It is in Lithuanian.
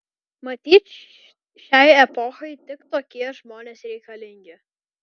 matyt šiai epochai tik tokie žmonės reikalingi